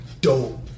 dope